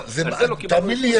ועל זה לא קיבלנו הסבר.